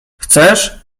chcesz